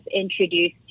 introduced